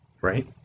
right